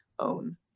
own